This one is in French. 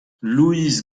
louise